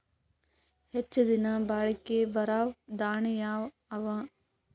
ಹೆಚ್ಚ ದಿನಾ ಬಾಳಿಕೆ ಬರಾವ ದಾಣಿಯಾವ ಅವಾ?